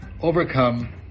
overcome